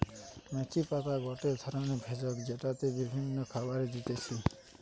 মেথির পাতা গটে ধরণের ভেষজ যেইটা বিভিন্ন খাবারে দিতেছি